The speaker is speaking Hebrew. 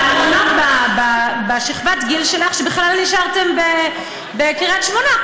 שאת מהאחרונות בשכבת הגיל שלך שבכלל נשארתם בקריית שמונה,